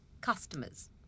customers